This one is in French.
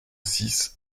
six